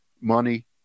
money